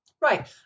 Right